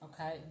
okay